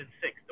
six